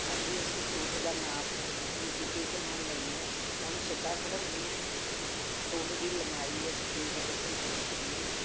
ਹਾਂਜੀ ਅਸੀਂ ਸੂਟ ਦਾ ਨਾਪ ਇੰਚੀਟੇਪ ਨਾਲ ਲੈਂਦੇ ਐਂ ਉਹਨੂੰ ਸਿੱਧਾ ਖੜਾਉਂਦੇ ਐਂ ਸੂਟ ਦੀ ਲੰਬਾਈ ਅਸੀਂ ਦੇਖਦੇ ਐਂ ਵੀ ਕਿੰਨੀ ਐ